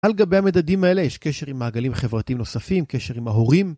על גבי המדדים האלה יש קשר עם מעגלים חברתיים נוספים, קשר עם ההורים.